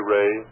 Ray